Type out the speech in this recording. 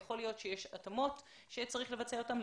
יכול להיות שיש התאמות שיהיה צריך לבצע אותן.